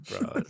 Bro